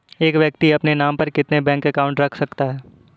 एक व्यक्ति अपने नाम पर कितने बैंक अकाउंट रख सकता है?